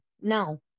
No